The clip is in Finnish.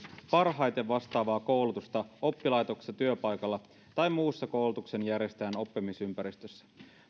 parhaiten vastaavaa koulutusta oppilaitoksessa työpaikalla tai muussa koulutuksen järjestäjän oppimisympäristössä